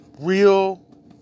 real